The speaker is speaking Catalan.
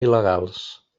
il·legals